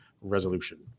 resolution